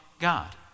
God